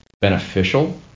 beneficial